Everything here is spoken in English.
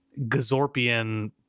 Gazorpian